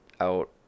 out